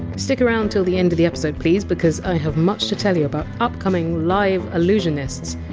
stick around till the end of the episode, please, because i have much to tell you about upcoming live allusionists.